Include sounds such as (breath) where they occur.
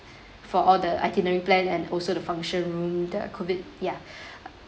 for all the itinerary plan and also the function room the COVID ya (breath) uh